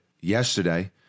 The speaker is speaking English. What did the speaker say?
yesterday